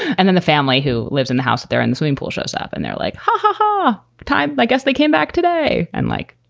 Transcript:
and then the family who lives in the house, they're in the swimming pool shows up and they're like, ha ha, time. i guess they came back today and like,